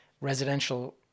residential